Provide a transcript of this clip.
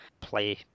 play